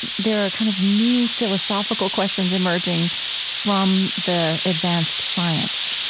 there are kind of new philosophical questions emerging from the advanced science.